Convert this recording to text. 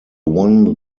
won